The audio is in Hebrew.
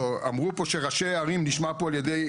לא, אמרו פה שראש ערים, שהוא לא לוקח אחריות.